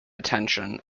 attention